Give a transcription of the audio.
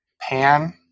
Pan